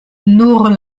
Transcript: nur